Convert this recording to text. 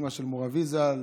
אימא של מור אבי ז"ל,